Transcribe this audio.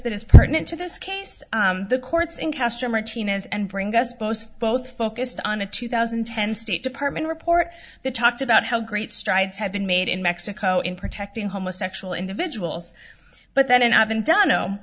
that is pertinent to this case the courts in caster martinez and brings us both both focused on a two thousand and ten state department report that talked about how great strides have been made in mexico in protecting homosexual individuals but then and have been done no